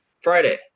Friday